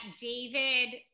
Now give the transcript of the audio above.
David